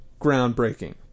groundbreaking